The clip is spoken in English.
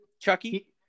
Chucky